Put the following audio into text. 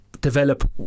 develop